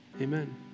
amen